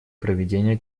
проведения